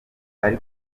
ari